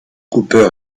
cooper